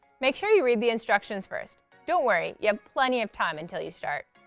make sure you read the instructions first. don't worry, you have plenty of time until you start.